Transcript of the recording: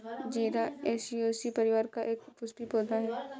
जीरा ऍपियेशी परिवार का एक पुष्पीय पौधा है